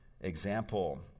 example